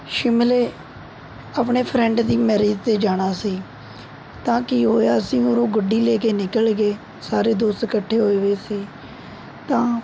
ਸ਼ਿਮਲੇ ਆਪਣੇ ਫ਼ਰੈਂਡ ਦੀ ਮੈਰਿਜ 'ਤੇ ਜਾਣਾ ਸੀ ਤਾਂ ਕੀ ਹੋਇਆ ਅਸੀਂ ਉਰੋ ਗੱਡੀ ਲੈ ਕੇ ਨਿਕਲ ਗਏ ਸਾਰੇ ਦੋਸਤ ਇਕੱਠੇ ਹੋਏ ਵੇ ਸੀ ਤਾਂ